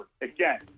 again